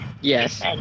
Yes